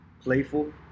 playful